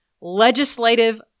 Legislative